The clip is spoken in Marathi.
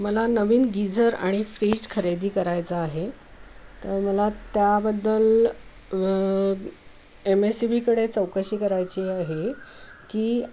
मला नवीन गीजर आणि फ्रीज खरेदी करायचं आहे तर मला त्याबद्दल एम एस ई बीकडे चौकशी करायची आहे की